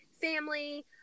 family